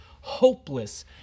hopeless